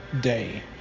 day